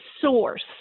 source